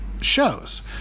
shows